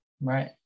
right